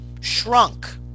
shrunk